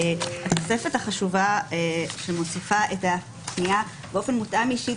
התוספת החשובה שמוסיפה את --- באופן מותאם אישית,